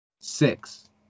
six